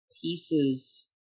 pieces